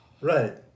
Right